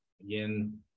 Again